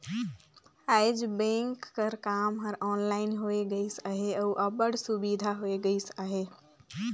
आएज बेंक कर काम हर ऑनलाइन होए गइस अहे अउ अब्बड़ सुबिधा होए गइस अहे